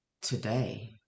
today